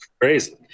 crazy